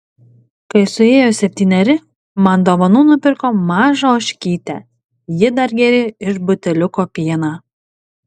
kai suėjo septyneri man dovanų nupirko mažą ožkytę ji dar gėrė iš buteliuko pieną